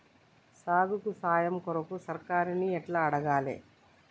సాగుకు సాయం కొరకు సర్కారుని ఎట్ల అడగాలే?